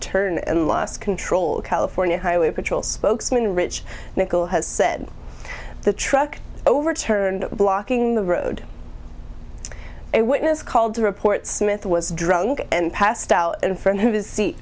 turn and lost control california highway patrol spokesman rich nickel has said the truck overturned blocking the road a witness called to report smith was drunk and passed out in for his seat